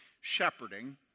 shepherding